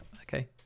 okay